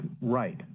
right